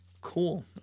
cool